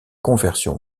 conversion